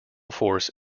force